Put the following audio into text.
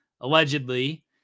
allegedly